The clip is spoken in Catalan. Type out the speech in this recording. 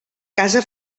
casa